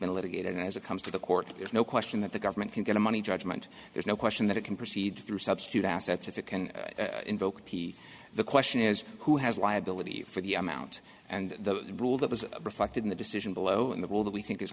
litigated and as it comes to the court there's no question that the government can get a money judgment there's no question that it can proceed through substitute assets if it can invoke p the question is who has liability for the amount and the rule that was reflected in the decision below and the rule that we think is